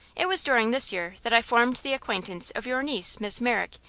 it was during this year that i formed the acquaintance of your niece, miss merrick,